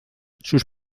sus